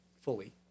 fully